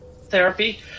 therapy